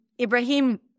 Ibrahim